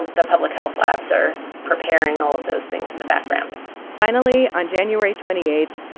the public health labs are preparing all of those things in the background finally, on january twenty eight,